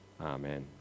Amen